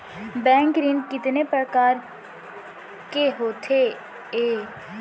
Bank ऋण कितने परकार के होथे ए?